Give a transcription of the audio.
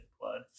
blood